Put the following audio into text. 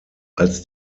als